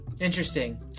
interesting